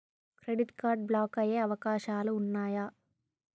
Credit card block అయ్యే అవకాశాలు ఉన్నయా?